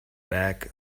back